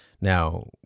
Now